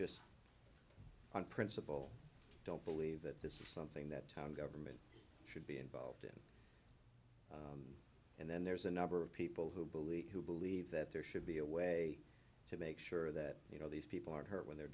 just on principle don't believe that this is something that our government should be involved in and then there's a number of people who believe who believe that there should be a way to make sure that you know these people are hurt when they're